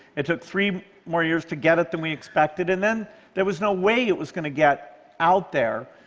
it took three more years to get it than we expected, and then there was no way it was going to get out there.